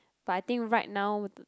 but I think right now